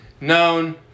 known